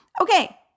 Okay